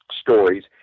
stories